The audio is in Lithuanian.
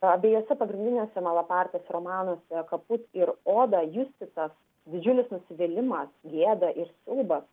abiejuose pagrindiniuose malapartės romanuose kaput ir oda justi tas didžiulis nusivylimas gėda ir siaubas